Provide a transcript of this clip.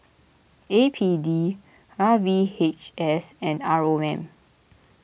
A P D R V H S and R O M